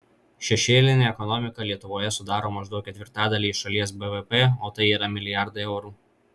šešėlinė ekonomika lietuvoje sudaro maždaug ketvirtadalį šalies bvp o tai yra milijardai eurų